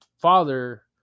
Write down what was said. father